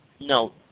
No